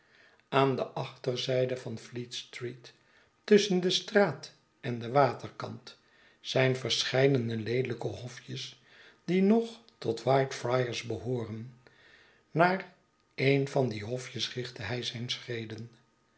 aan de achterzijde van fleetstreet tusschen die straat en den waterkant zijn verscheidene leelijke hofjes die nog tot w h it e f r iars behooren naar een van die hofjes richtte hij zijn schreden